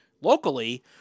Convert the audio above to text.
Locally